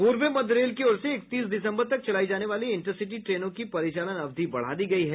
पूर्व मध्य रेल की ओर से इकतीस दिसम्बर तक चलाये जाने वाली इंटरसिटी ट्रेनों की परिचालन अवधि बढ़ा दी गयी है